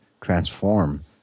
transform